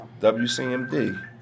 WCMD